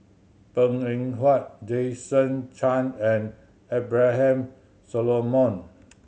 Png Eng Huat Jason Chan and Abraham Solomon